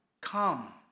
come